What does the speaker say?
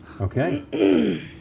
Okay